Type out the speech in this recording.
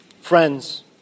Friends